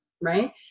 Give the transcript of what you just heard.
right